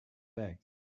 backs